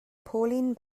pauline